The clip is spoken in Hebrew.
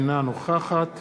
אינה נוכחת